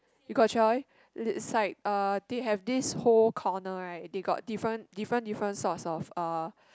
you got try it is like uh they have this whole corner right they got different different different sorts of uh